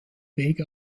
wege